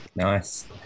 nice